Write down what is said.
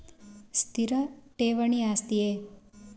ಸ್ಥಿರ ಠೇವಣಿ ಆಸ್ತಿಯೇ?